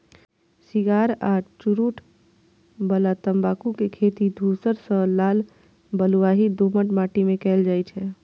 cigar आ चुरूट बला तंबाकू के खेती धूसर सं लाल बलुआही दोमट माटि मे कैल जाइ छै